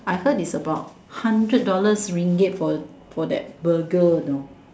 I heard is about hundred dollars ringgit for for that Burger you know